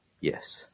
Yes